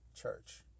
church